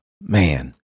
man